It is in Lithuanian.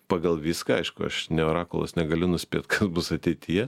pagal viską aišku aš ne orakulas negaliu nuspėt kas bus ateityje